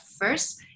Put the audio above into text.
first